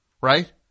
Right